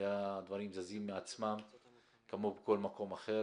היו דברים זזים מעצמם כמו בכל מקום אחר